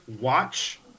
watch